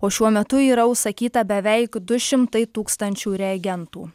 o šiuo metu yra užsakyta beveik du šimtai tūkstančių reagentų